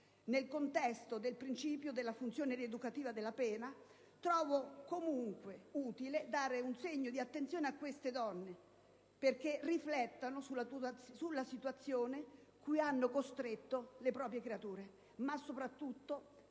Nel contesto del principio della funzione rieducativa della pena, trovo comunque utile dare un segno di attenzione a queste donne perché riflettano sulla situazione cui hanno costretto le proprie creature, ma soprattutto